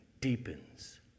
deepens